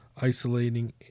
isolating